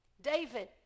David